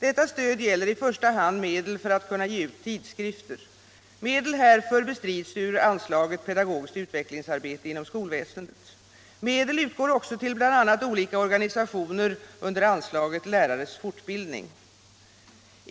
Detta stöd gäller i första hand medel för att kunna ge ut tidskrifter. Medel härför bestrids ur anslaget Pedagogiskt utvecklingsarbete inom skolväsendet. Medel utgår också till bl.a. olika organisationer under anslaget Lärares fortbildning.